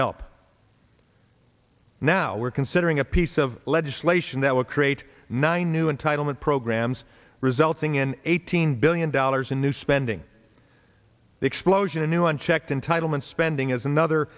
help now we're considering a piece of legislation that would create nine new entitlement probe rahm's resulting in eighteen billion dollars in new spending explosion a new unchecked entitle in spending is another